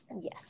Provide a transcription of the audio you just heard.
Yes